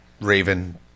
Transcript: raven